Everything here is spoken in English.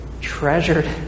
treasured